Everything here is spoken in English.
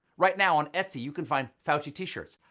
right now, on etsy, you can find fauci t-shirts,